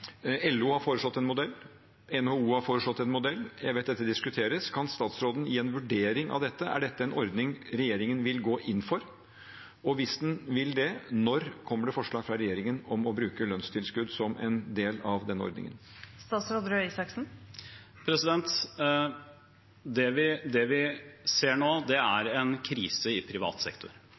LO har foreslått en modell, NHO har foreslått en modell. Jeg vet dette diskuteres. Kan statsråden gi en vurdering av dette? Er dette en ordning regjeringen vil gå inn for? Og hvis den vil det, når kommer det forslag fra regjeringen om å bruke lønnstilskudd som en del av denne ordningen? Det vi ser nå, er en krise i privat sektor.